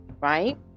right